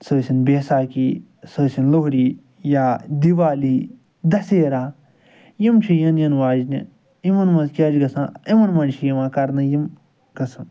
سُہ ٲسِن بیساکی سُہ ٲسِن لوٚہری یا دیٖوالی دَسیرہ یِم چھِ یِنہٕ واجنہِ یِمن مَنٛز کیٛاہ چھُ گَژھان یِمن مَنٛز چھُ یِوان کَرنہٕ یِم قصہٕ